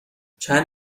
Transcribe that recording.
چند